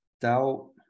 Doubt